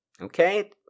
Okay